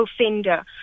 offender